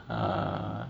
a'ah